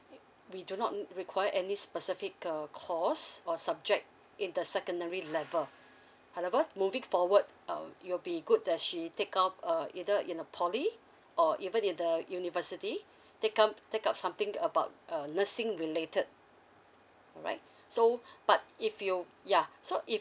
we do not require any specific uh course or subject in the secondary level however moving forward uh it will be good that she take up uh either in a poly or even in the university take up take up something about uh nursing related alright so but if you yeah so if